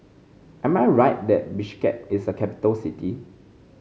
am I right that Bishkek is a capital city